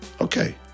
okay